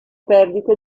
perdita